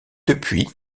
depuis